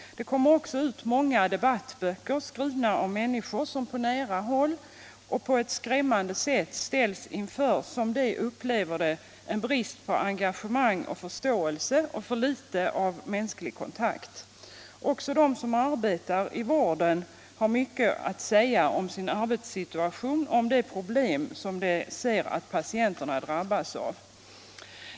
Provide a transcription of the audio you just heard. Det kommer också ut många debattböcker, skrivna av människor som på nära håll och på ett skrämmande sätt ställs inför — som de upplever det — en brist på engagemang och förståelse och för litet av mänsklig kontakt. Också de som arbetar inom vården har mycket att säga om sin arbetssituation och om de problem som de ser att patienterna drabbas av.